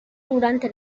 durante